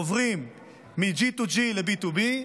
עוברים מ-G2G ל-B2B,